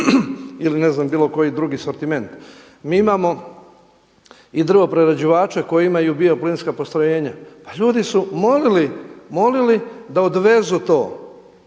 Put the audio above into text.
Ili ne znam bilo koji drugi sortiment. Mi imamo i drvoprerađivače koji imaju bio-plinska postrojenja. Pa ljudi su molili da odvezu to,